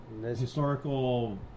historical